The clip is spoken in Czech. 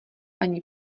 ani